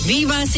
Viva